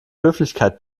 höflichkeit